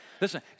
Listen